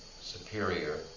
superior